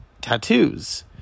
tattoos